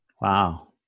Wow